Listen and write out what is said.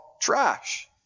trash